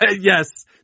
Yes